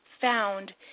found